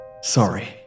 Sorry